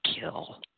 kill